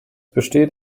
besteht